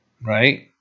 Right